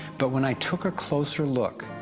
but when i took a closer look,